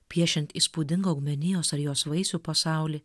piešiant įspūdingą augmenijos ar jos vaisių pasaulį